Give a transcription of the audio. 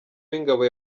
w’ingabo